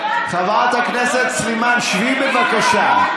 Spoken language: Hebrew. חברת הכנסת סלימאן, שבי, בבקשה.